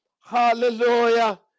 Hallelujah